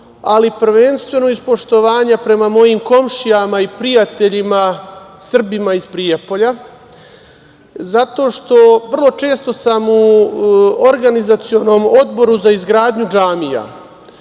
ali prvenstveno iz poštovanja prema mojim komšijama i prijateljima Srbima iz Prijepolja, zato što sam vrlo često u organizacionom Odboru za izgradnju džamija. Nije